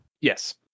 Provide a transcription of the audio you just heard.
Yes